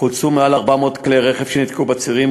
חולצו מעל 400 כלי-רכב שנתקעו בצירים,